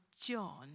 John